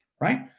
right